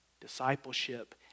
discipleship